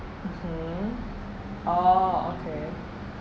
mmhmm orh okay